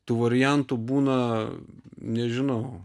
tų variantų būna nežinau